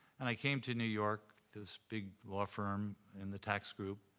and i came to new york, this big law firm in the tax group,